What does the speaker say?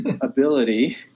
ability